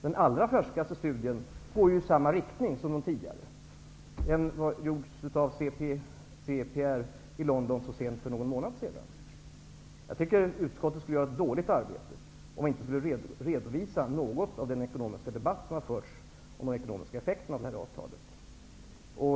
Den allra färskaste studien går i samma riktning som de tidigare. Den har gjorts av CEPR i London så sent som för någon månad sedan. Jag tycker att utskottet skulle göra ett dåligt arbete om det inte redovisade något av den ekonomiska debatt som har förts om de ekonomiska effekterna av det här avtalet.